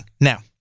Now